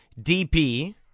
DP